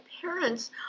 parents